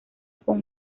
con